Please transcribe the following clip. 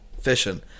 Fishing